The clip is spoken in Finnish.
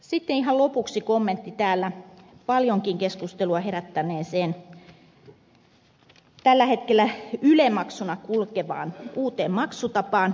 sitten ihan lopuksi kommentti täällä paljonkin keskustelua herättäneeseen tällä hetkellä yle maksuna kulkevaan uuteen maksutapaan